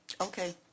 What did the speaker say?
Okay